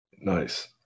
Nice